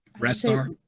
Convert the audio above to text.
Rastar